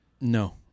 no